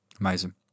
Amazing